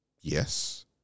yes